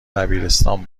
دبیرستان